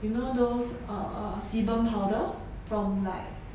you know those err sebum powder from like